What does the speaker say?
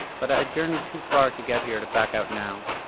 but i journeyed too far to get here to back out now,